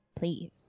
please